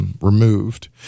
removed